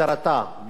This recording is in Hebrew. להיות אובייקטיבית.